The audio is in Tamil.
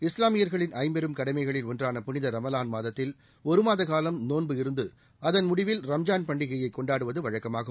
இஸ்லாமியர்களின் ஐம்பெரும் கடமைகளில் ஒன்றான புனித ரமலான் மாதத்தில் ஒருமாதக்காலம் நோன்பு இருந்து அதன் முடிவில் ரம்ஜான் பண்டிகையை கொண்டாடுவது வழக்கமாகும்